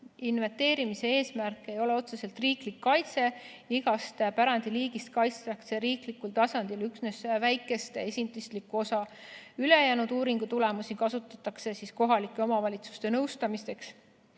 Inventeerimise eesmärk ei ole otseselt riiklik kaitse. Igast pärandiliigist kaitstakse riiklikul tasandil üksnes väikest esinduslikku osa. Ülejäänud uuringutulemusi kasutatakse kohalike omavalitsuste nõustamiseks,